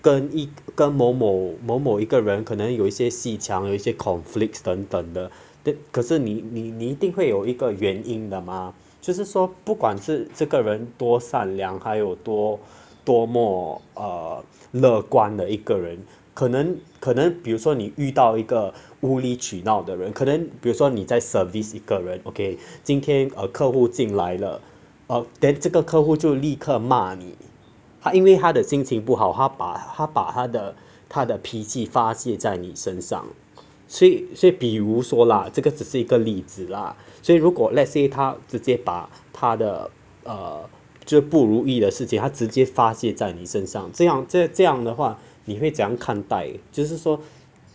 跟一跟某某某某一个人可能有一些阋墙一些 conflicts 等等的可是你你你一定会有一个原因的嘛就是说不管是这个人多善良还有多多么 err 乐观的一个人可能可能比如说你遇到一个无理取闹的人可能比如说你在 service 一个人 okay 今天客户进来了 um then 客户就立刻骂你他因为他的心情不好他把他的他的脾气发泄在你身上所以所以说比如说啦这个只是一个例子啦所以如果 let's say 他直接把他的 err 这不如意的事情还直接发泄在你身上这样这这样的话你会怎样看待就是说